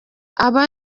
aba